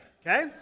okay